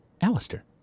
Alistair